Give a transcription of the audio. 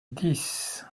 dix